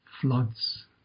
floods